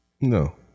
no